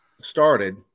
started